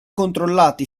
controllati